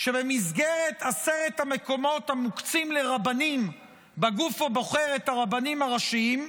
שבמסגרת עשרת המקומות המוקצים לרבנים בגוף הבוחר את הרבנים הראשיים,